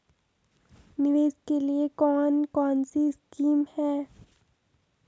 निवेश के लिए कौन कौनसी स्कीम हैं?